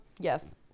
Yes